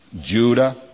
Judah